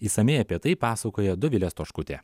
išsamiai apie tai pasakoja dovilė stoškutė